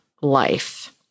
life